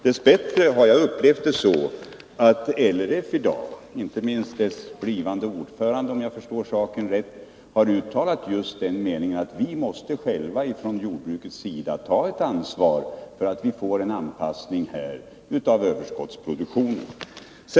Dess bättre har jag uppfattat det så att LRF i dag — inte minst dess blivande ordförande, om jag förstår saken rätt — har uttalat just den meningen att jordbrukarna själva måste ta ett ansvar för att vi skall få en anpassning av överskottsproduktionen.